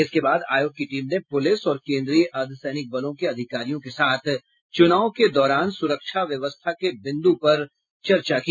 इसके बाद आयोग की टीम ने प्रलिस और केन्द्रीय अर्द्वसैनिक बलों के अधिकारियों के साथ चुनाव के दौरान सुरक्षा व्यवस्था के बिन्दु पर भी चर्चा की